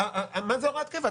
מה זה הוראת קבע?